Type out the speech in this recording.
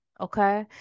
okay